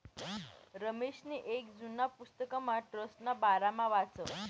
रमेशनी येक जुना पुस्तकमा ट्रस्टना बारामा वाचं